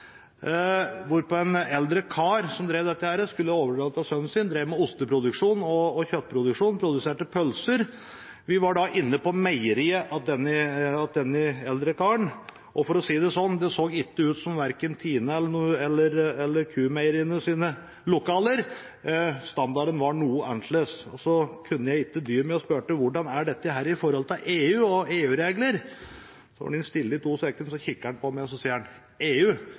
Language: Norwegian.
som han skulle overdra til sønnen sin. Han drev med osteproduksjon og kjøttproduksjon og produserte pølser. Vi var inne på meieriet til denne eldre karen, og, for å si det sånn, det så ikke ut som verken TINEs eller Q-Meierienes lokaler. Standarden var noe annerledes. Så jeg kunne ikke dy meg og spurte hvordan dette var i forhold til EU og EU-regler. Han sto stille i to sekunder, så kikket han på meg og sa: EU?